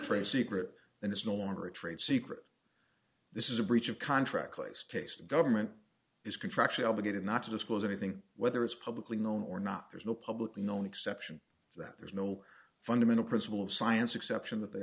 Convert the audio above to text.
trade secret and it's no longer a trade secret this is a breach of contract place case the government is contractually obligated not to disclose anything whether it's publicly known or not there's no publicly known exception that there's no fundamental principle of science exception that they